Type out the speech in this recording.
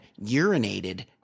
urinated